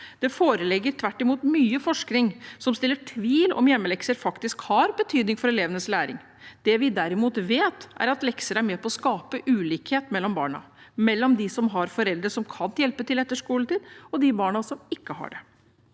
Det foreligger tvert imot mye forskning som reiser tvil om hjemmelekser faktisk har betydning for elevenes læring. Det vi derimot vet, er at lekser er med på å skape ulikhet mellom barna, mellom de barna som har foreldre som kan hjelpe til etter skoletid, og de barna som ikke har det.